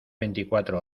veinticuatro